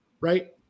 Right